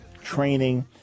training